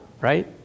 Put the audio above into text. Right